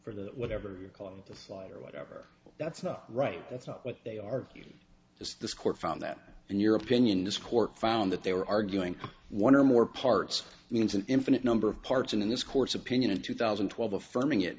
for the whatever you're calling the flight or whatever that's not right that's not what they are hearing is the court found that in your opinion this court found that they were arguing one or more parts means an infinite number of parts and in this court's opinion in two thousand and twelve affirming it